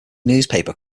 newspaper